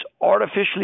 artificially